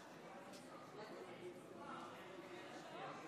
ההצבעה: 50